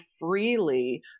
freely